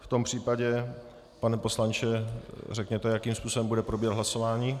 V tom případě, pane poslanče, řekněte, jakým způsobem bude probíhat hlasování.